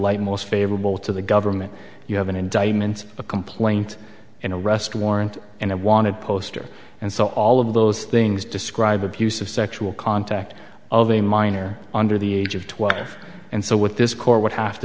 light most favorable to the government you have an indictment a complaint in a rest warrant and it wanted poster and so all of those things describe abuse of sexual contact of a minor under the age of twelve and so with this court would have to